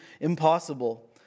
impossible